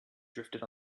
drifted